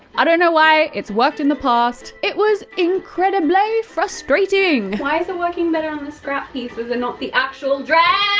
i don't know why, it's worked in the past. it was incredibly frustrating. why's it working better on the scrap pieces and not the actual dress?